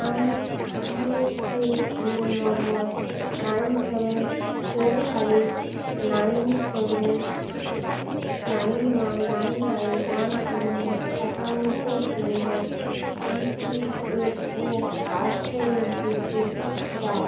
আমি U A N number nine seven four five nine seven nine one nine nine one সেভেনর অ্যাকাউন্টের জন্য E P F O পাসবইয়ের বিবৃতি চাই